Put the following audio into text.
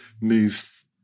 move